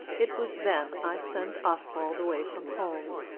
it was then i sent oswald away from home.